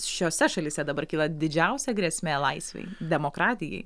šiose šalyse dabar kyla didžiausia grėsmė laisvei demokratijai